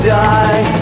die